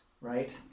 right